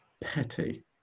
petty